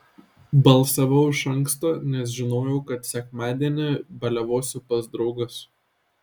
balsavau iš anksto nes žinojau kad sekmadienį baliavosiu pas draugus